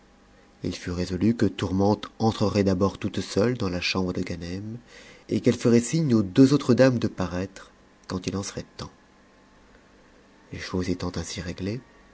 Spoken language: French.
h fut résolu que tour'uente entrerait d'abord toute seule dans la chambre de ganem et qu'elle ferait signe aux deux autres dames de parattre quand il en serait temps les choses étant ainsi réglées